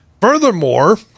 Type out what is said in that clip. Furthermore